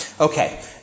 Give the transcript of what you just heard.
Okay